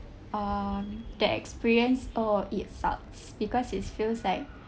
um that experience orh it sucks because it feels like